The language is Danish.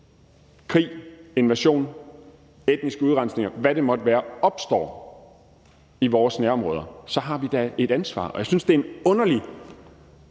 krig, invasion, etniske udrensninger, hvad det måtte være – opstår i vores nærområder, har vi da et ansvar. Og jeg synes, det er en underlig